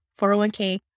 401k